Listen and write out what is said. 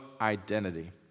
identity